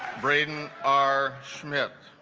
braden our smith